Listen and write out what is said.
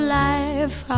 life